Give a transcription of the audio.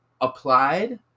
applied